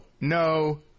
no